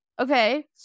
Okay